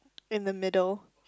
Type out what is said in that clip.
in the middle